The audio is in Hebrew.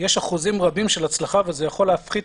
יש אחוזים רבים של הצלחה וזה יכול להפחית